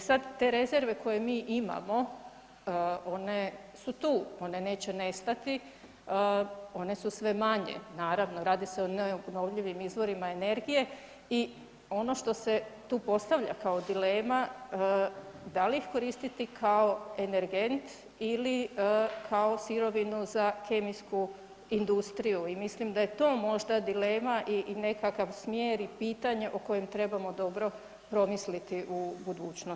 E sad, te rezerve koje mi imamo one su tu, one neće nestati, one su sve manje, naravno radi se o obnovljivim izvorima energije i ono što se tu postavlja kao dilema da li ih koristiti kao energent ili kao sirovinu za kemijsku industriju i mislim da je to možda dilema i nekakav smjer i pitanje o kojem trebamo dobro promisliti u budućnosti?